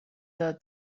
داد